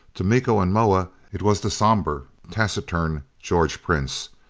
to miko and moa it was the somber, taciturn george prince,